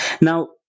Now